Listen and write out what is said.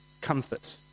comfort